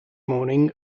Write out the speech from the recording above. morning